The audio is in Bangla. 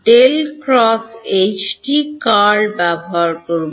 ∇× H টি কার্ল ব্যবহার করবে